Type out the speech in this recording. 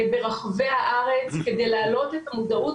ברחבי הארץ כדי להעלות את המודעות,